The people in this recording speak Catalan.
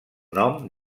nom